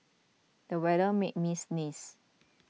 the weather made me sneeze